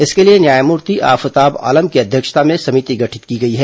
इसके लिए न्यायमूर्ति आफताब आलम की अध्यक्षता में समिति गठित की गई है